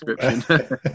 description